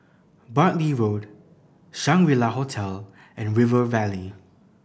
Bartley Road Shangri La Hotel and River Valley